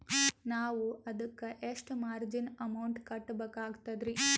ನಾವು ಅದಕ್ಕ ಎಷ್ಟ ಮಾರ್ಜಿನ ಅಮೌಂಟ್ ಕಟ್ಟಬಕಾಗ್ತದ್ರಿ?